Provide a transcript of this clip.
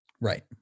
right